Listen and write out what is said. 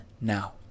now